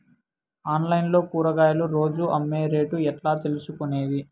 Online లో కూరగాయలు రోజు అమ్మే రేటు ఎట్లా తెలుసుకొనేది?